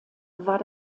war